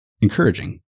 encouraging